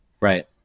Right